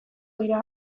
dira